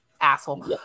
asshole